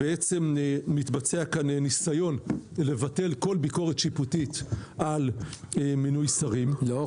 שמתבצע כאן ניסיון לבטל כול ביקורת שיפוטית על מינוי שרים -- לא,